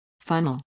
Funnel